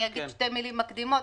אגיד שתי מילים מקדימות,